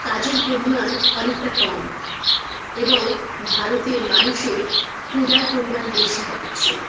কাজের পরিমাণ অনেকটা কম এবং ভারতে মানুষের ক্ষুদার পরিমাণ বেশি বাড়ছে